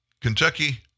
Kentucky